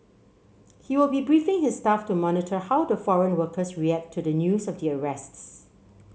he will be briefing his staff to monitor how the foreign workers react to the news of the arrests